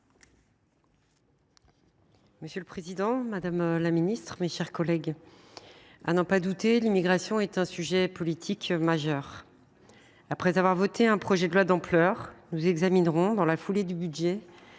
Monsieur le président, madame la secrétaire d’État, mes chers collègues, à n’en pas douter, l’immigration est un sujet politique majeur. Après avoir voté un projet de loi d’ampleur, nous examinerons, dans la foulée du projet